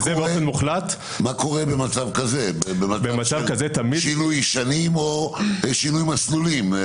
מה קורה במצב כזה, בשינוי שנים או שינוי מסלולים?